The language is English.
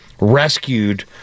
rescued